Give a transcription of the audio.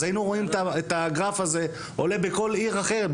אז היינו רואים את הגרף הזה עולה בכל עיר אחרת,